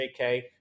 JK